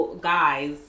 Guys